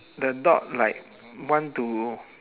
the dog like want to